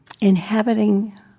inhabiting